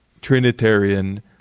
trinitarian